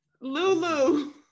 Lulu